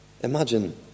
Imagine